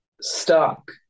stuck